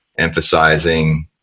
emphasizing